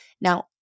Now